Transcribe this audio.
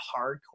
hardcore